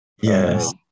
Yes